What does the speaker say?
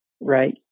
Right